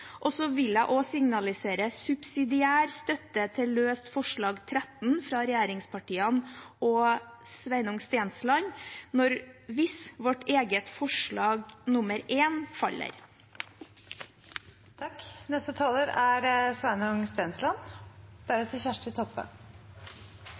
Så vil jeg også signalisere subsidiær støtte til løst forslag nr. 13, fra regjeringspartiene, hvis vårt eget forslag nr. 1 faller. Jeg er